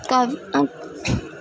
کب